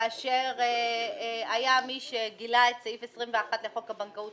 כאשר היה מי שגילה את סעיף 21 לחוק הבנקאות